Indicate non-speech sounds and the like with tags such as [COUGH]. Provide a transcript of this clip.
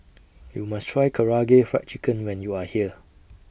[NOISE] YOU must Try Karaage Fried Chicken when YOU Are here